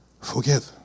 Forgive